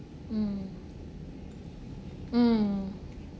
mm mm